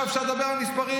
עכשיו אפשר לדבר על מספרים.